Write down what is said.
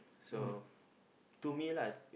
so to me lah